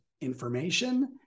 information